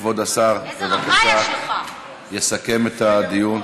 כבוד השר, בבקשה, יסכם את הדיון.